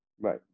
Right